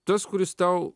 tas kuris tau